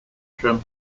from